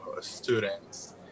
students